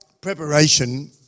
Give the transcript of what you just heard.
preparation